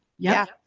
yeah.